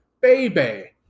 baby